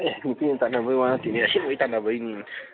ꯑꯦ ꯅꯨꯄꯤꯅ ꯇꯥꯟꯅꯕꯩ ꯋꯥ ꯅꯠꯇꯦꯅꯦ ꯑꯁꯦꯡꯕꯩ ꯇꯥꯟꯅꯕꯩꯅꯤꯅꯦ